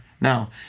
now